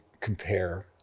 compare